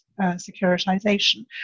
securitization